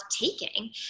taking